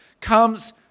comes